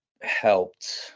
helped